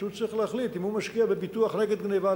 כשהוא צריך להחליט אם הוא משקיע בביטוח נגד גנבה,